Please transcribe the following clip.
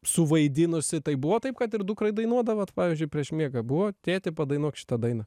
suvaidinusi tai buvo taip kad ir dukrai dainuodavot pavyzdžiui prieš miegą buvo tėti padainuok šitą dainą